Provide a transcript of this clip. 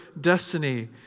destiny